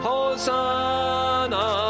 Hosanna